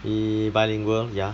!ee! bilingual lor ya